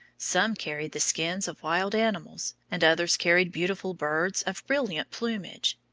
some carried the skins of wild animals, and others carried beautiful birds of brilliant plumage.